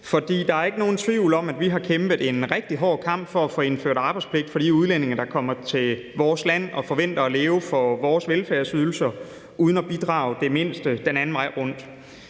Der er ikke nogen tvivl om, at vi har kæmpet en rigtig hård kamp for at få indført arbejdspligt for de udlændinge, der kommer til vores land og forventer at leve for vores velfærdsydelser uden at bidrage det mindste den anden vej rundt.